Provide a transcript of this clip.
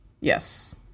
Yes